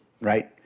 right